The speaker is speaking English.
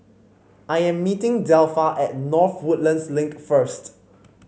I am meeting Delpha at North Woodlands Link first